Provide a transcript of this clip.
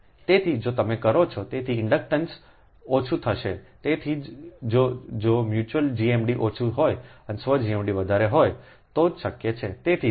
તેથી જો તમે કરો છો તેથી ઇન્ડક્ટન્સ ઓછું થશે તેથી જ જો મ્યુચ્યુઅલ GMD ઓછું હોય અને સ્વ GMD વધારે હોય તો જ તે શક્ય છે તેથી જ